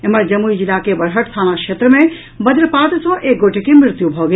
एम्हर जमुई जिला के बरहट थाना क्षेत्र मे वज्रपात सँ एक गोटे के मृत्यु भऽ गेल